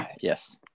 Yes